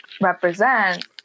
represent